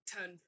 turn